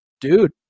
Dude